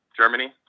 Germany